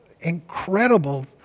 incredible